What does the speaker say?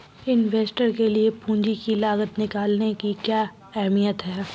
Investor के लिए पूंजी की लागत निकालने की क्या अहमियत है?